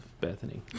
Bethany